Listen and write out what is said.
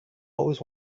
always